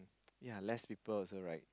yea less people also right